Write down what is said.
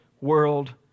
world